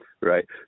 right